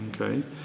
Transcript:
Okay